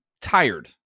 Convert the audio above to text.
tired